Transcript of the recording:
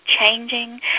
changing